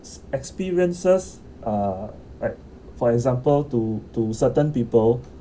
experiences uh like for example to to certain people